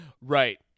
Right